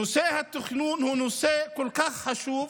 נושא התכנון הוא נושא כל כך חשוב,